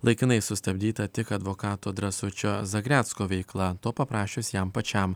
laikinai sustabdyta tik advokato drąsučio zagrecko veikla to paprašius jam pačiam